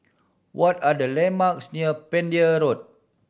what are the landmarks near Pender Road